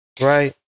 Right